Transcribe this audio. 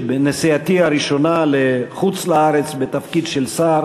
שבנסיעתי הראשונה לחוץ-לארץ בתפקיד של שר